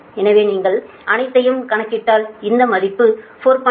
எனவே நீங்கள் அனைத்தையும் கணக்கிட்டால் இந்த மதிப்பு 4